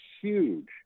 huge